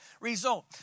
result